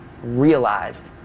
realized